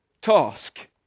task